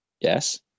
yes